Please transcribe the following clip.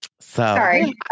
Sorry